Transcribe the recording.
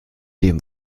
dem